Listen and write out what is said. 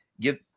give